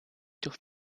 durch